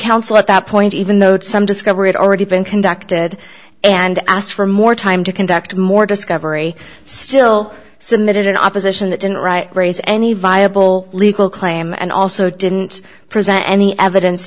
counsel at that point even though some discover it already been conducted and asked for more time to conduct more discovery still submitted an opposition that didn't raise any viable legal claim and also didn't present any evidence